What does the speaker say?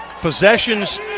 Possessions